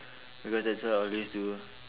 because that's what I always do